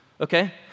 okay